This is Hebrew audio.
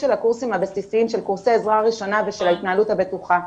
הקורסים הבסיסיים של קורסי עזרה ראשונה ושל ההתנהלות הבטוחה,